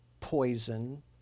poison